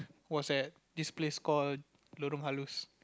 was at this place called Lorong